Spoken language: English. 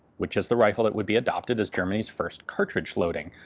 which is the rifle that would be adopted as germany's first cartridge loading